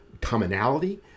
commonality